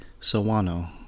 Sawano